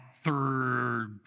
third